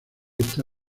está